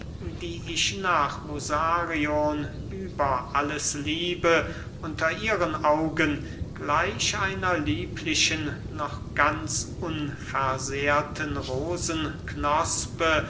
die ich nach musarion über alles liebe unter ihren augen gleich einer lieblichen noch ganz unversehrten rosenknospe